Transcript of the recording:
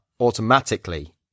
automatically